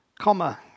comma